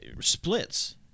splits